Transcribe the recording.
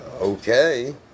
okay